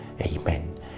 amen